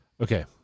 Okay